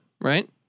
right